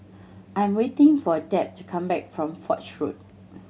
I'm waiting for Deb to come back from Foch Road